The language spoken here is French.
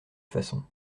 façon